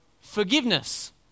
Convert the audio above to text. forgiveness